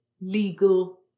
Legal